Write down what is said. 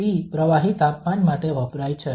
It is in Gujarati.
T પ્રવાહી તાપમાન માટે વપરાય છે